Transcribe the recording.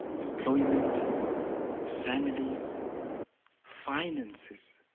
employment families find instance